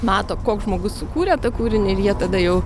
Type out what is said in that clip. mato koks žmogus sukūrė tą kūrinį ir jie tada jau